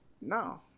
No